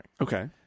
Okay